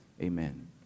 Amen